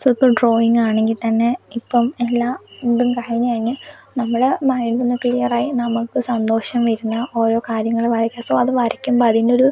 simple drawing ആണെങ്കിൽ തന്നെ ഇപ്പം എല്ലാ ഇതും കഴിഞ്ഞു കഴിഞ്ഞ് നമ്മളെ മൈൻഡ് ഒന്ന് ക്ലീയറായി നമുക്ക് സന്തോഷം വരുന്ന ഓരോ കാര്യങ്ങള് വരക്കാൻ സോ അത് വരയ്ക്കുമ്പോൾ അതിൻ്റെ ഒരു